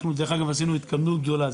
אנחנו עשינו התקדמות גדולה.